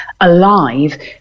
alive